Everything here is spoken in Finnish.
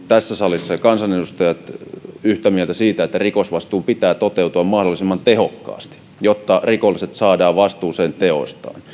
tässä salissa varmasti ovat yhtä mieltä siitä että rikosvastuun pitää toteutua mahdollisimman tehokkaasti jotta rikolliset saadaan vastuuseen teoistaan